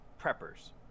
preppers